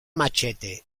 machete